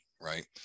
right